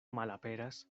malaperas